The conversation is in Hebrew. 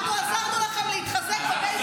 אני לא במשחק.